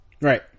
Right